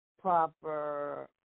proper